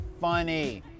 funny